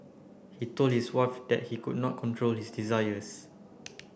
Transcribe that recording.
he told his wife that he could not control this desires